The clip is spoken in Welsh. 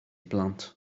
blant